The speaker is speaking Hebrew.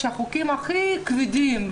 כשהחוקים הכי כבדים,